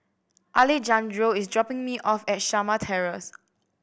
Alejandro is dropping me off at Shamah Terrace